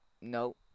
No